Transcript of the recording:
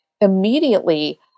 immediately